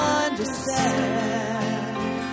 understand